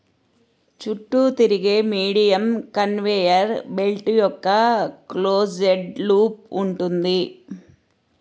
చుట్టూ తిరిగే medium conveyor belt యొక్క క్లోజ్డ్ లూప్ ఉంటుంది